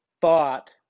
thought-